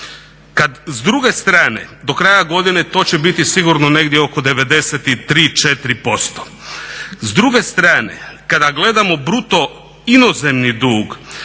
Kad s druge strane do kraja godine to će biti sigurno negdje oko 93, 94%. S druge strane kada gledamo bruto inozemni dug